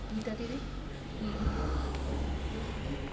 ग़रीबी